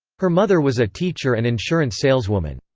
her mother was a teacher and insurance saleswoman.